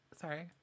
Sorry